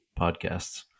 podcasts